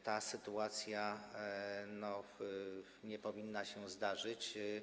Ta sytuacja nie powinna się zdarzyć.